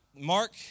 Mark